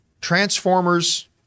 Transformers